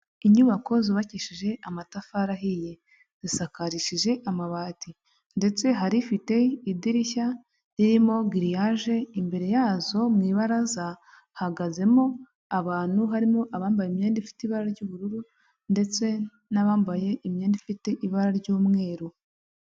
Inyubako zubakishije amatafari ahiye, zisakarishije amabati; ndetse hari ifite idirishya ririmo giriyaje, imbere yazo mu ibaraza hahagazemo abantu, harimo abambaye imyenda ifite ibara ry'ubururu, ndetse n'abambaye imyenda ifite ibara ry'umweru.